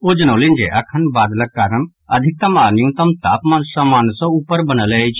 ओ जनौलनि जे अखन बादलक कारण अधिकतम आ न्यूनतम तापमान सामान्य सँ ऊपर बनल अछि